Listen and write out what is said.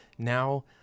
Now